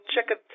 chicken